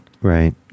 Right